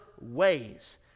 ways